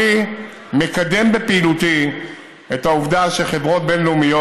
אני מקדם בפעילותי את העובדה שחברות בין-לאומיות,